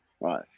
Right